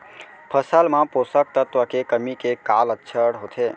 फसल मा पोसक तत्व के कमी के का लक्षण होथे?